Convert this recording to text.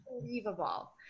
unbelievable